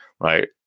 right